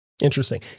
Interesting